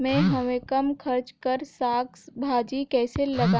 मैं हवे कम खर्च कर साग भाजी कइसे लगाव?